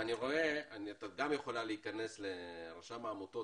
ואני רואה את גם יכולה להיכנס לרשם העמותות